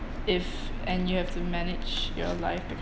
if and you have to manage your life